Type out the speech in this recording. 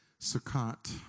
Sukkot